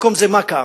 במקום זה מה קם?